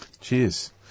Cheers